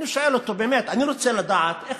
אני שואל אותו: אני רוצה לדעת באמת,